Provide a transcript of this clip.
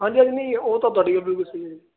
ਹਾਂਜੀ ਹਾਂਜੀ ਨਹੀਂ ਉਹ ਤਾਂ ਤੁਹਾਡੀ ਗੱਲ ਬਿਲਕੁਲ ਸਹੀ ਹੈ ਜੀ